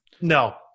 No